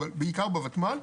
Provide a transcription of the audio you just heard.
אבל בעיקר בוותמ"ל,